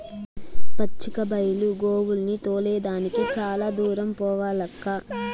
పచ్చిక బైలు గోవుల్ని తోలే దానికి చాలా దూరం పోవాలక్కా